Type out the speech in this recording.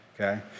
okay